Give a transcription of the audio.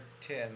Tim